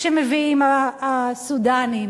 שמביאים הסודנים,